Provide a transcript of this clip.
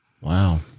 Wow